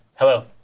Hello